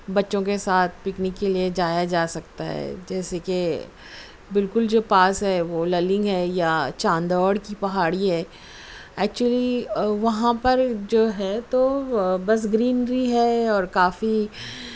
بچوں کے ساتھ پکنک کے لیے جایا جا سکتا ہے جیسے کہ بالکل جو پاس ہے وہ للنگ ہے یا چاندوڑ کی پہاڑی ہے ایکچولی وہاں پر جو ہے تو بس گرینری ہے اور کافی